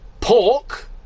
Pork